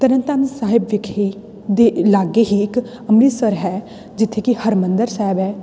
ਤਰਨਤਾਰਨ ਸਾਹਿਬ ਵਿਖੇ ਦੇ ਲਾਗੇ ਹੀ ਇੱਕ ਅੰਮ੍ਰਿਤਸਰ ਹੈ ਜਿੱਥੇ ਕਿ ਹਰਿਮੰਦਰ ਸਾਹਿਬ ਹੈ